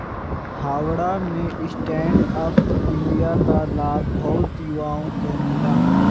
हावड़ा में stand up India का लाभ बहुत युवाओं को मिला